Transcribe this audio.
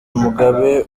mugabe